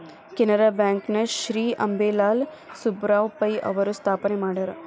Canara bank ನ ಶ್ರೇ ಅಂಬೇಲಾಲ್ ಸುಬ್ಬರಾವ್ ಪೈ ಅವರು ಸ್ಥಾಪನೆ ಮಾಡ್ಯಾರ